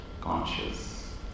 conscious